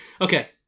Okay